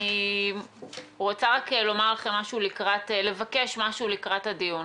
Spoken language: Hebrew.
אני רוצה לבקש משהו לקראת הדיון,